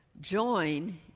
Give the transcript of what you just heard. join